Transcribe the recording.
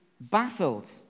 baffled